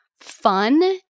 fun